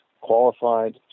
qualified